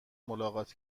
ملاقات